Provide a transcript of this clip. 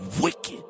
wicked